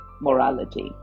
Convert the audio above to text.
Morality